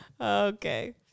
Okay